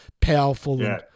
powerful